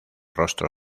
rostro